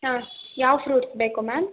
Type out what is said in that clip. ಹಾಂ ಯಾವ ಫ್ರೂಟ್ಸ್ ಬೇಕು ಮ್ಯಾಮ್